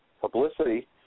publicity